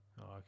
okay